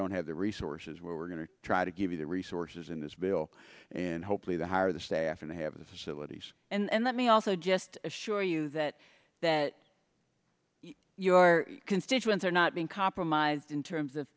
don't have the resources we're going to try to give you the resources in this bill and hopefully the higher the staff and have the facilities and let me also just assure you that that your constituents are not being compromised in terms of